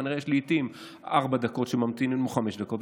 כנראה לעיתים ממתינים ארבע או חמש דקות,